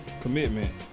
commitment